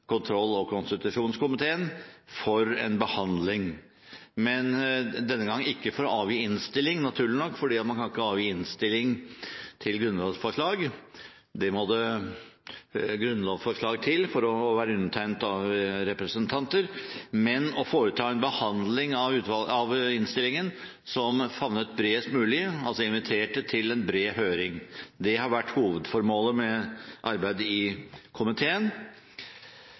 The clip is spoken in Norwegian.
kontroll- og konstitusjonskomiteen for behandling. Denne gangen ikke for å avgi innstilling, naturlig nok, fordi man kan ikke avgi innstilling til grunnlovsforslag, det må det grunnlovsforslag til, undertegnet av representanter, men for å foreta en behandling av rapporten som favnet bredest mulig ved å invitere til en bred høring. Det har vært hovedformålet med arbeidet i komiteen.